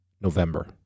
November